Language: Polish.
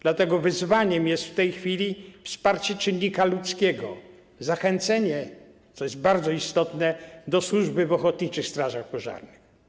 Dlatego wyzwaniem jest w tej chwili wsparcie czynnika ludzkiego, zachęcenie, co jest bardzo istotne, do służby w ochotniczych strażach pożarnych.